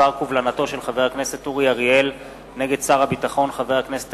בדבר קובלנתו של חבר הכנסת אורי אריאל נגד שר הביטחון חבר הכנסת